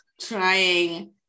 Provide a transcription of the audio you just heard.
trying